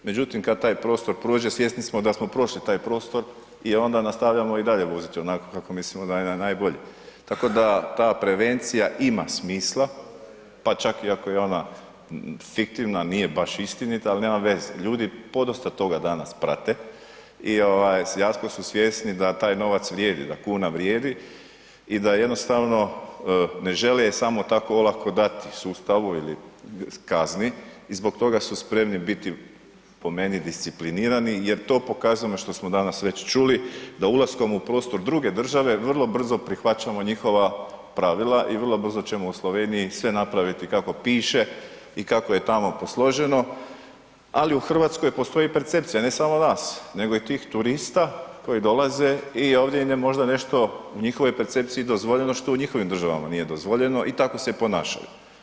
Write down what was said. Međutim, kad taj prostor prođe svjesni smo da smo prošli taj prostor i onda nastavljamo i dalje voziti onako kako mislimo da je najbolje, tako da ta prevencija ima smisla, pa čak i ako je ona fiktivna, nije baš istinita, ali nema veze, ljudi podosta toga danas prate i jako su svjesni da taj novac vrijedi, da kuna vrijedi i da jednostavno ne žele je samo tako olako dati sustavu ili kazni i zbog toga su spremni biti, po meni, disciplinirani jer to pokazano što smo danas već čuli da ulaskom u prostor druge države vrlo brzo prihvaćamo njihova pravila i vrlo brzo ćemo u Sloveniji sve napraviti kako piše i kako je tamo posloženo, ali u RH postoji percepcija, ne samo nas, nego i tih turista koji dolaze i ovdje im je možda nešto u njihovoj percepciji dozvoljeno što u njihovim državama nije dozvoljeno i tako se i ponašaju.